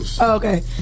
Okay